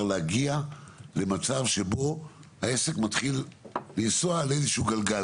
להגיע למצב שבו העסק מתחיל לנסוע על איזה גלגל?